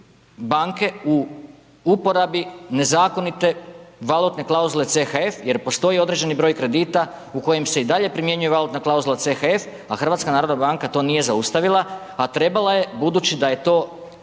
u uporabi nezakonite valutne klauzule CHF jer postoji određeni broj kredita u kojim se i dalje primjenjuje valutna klauzula CHF a HNB to nije zaustavila a trebala je budući da je to